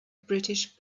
british